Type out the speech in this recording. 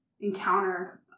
encounter